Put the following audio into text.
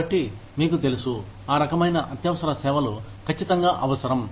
కాబట్టి మీకు తెలుసు ఆ రకమైన అత్యవసర సేవలు కచ్చితంగా అవసరం